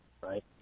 right